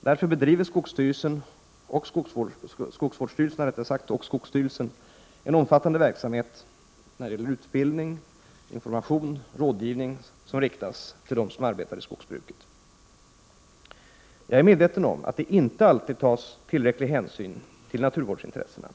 Därför bedriver skogsstyrelsen och skogsvårdsstyrelserna en omfattande verksamhet med utbildning, information och rådgivning riktad till dem som arbetar i skogsbruket. Jag är medveten om att det inte alltid tas tillräcklig hänsyn till naturvårds intressena.